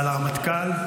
ועל הרמטכ"ל?